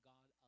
God